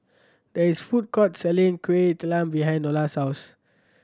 there is food court selling Kueh Talam behind Nola's house